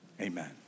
Amen